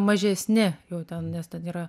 mažesni jau ten nes ten yra